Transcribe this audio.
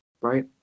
right